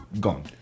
Gone